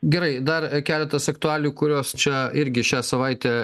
gerai dar keletas aktualijų kurios čia irgi šią savaitę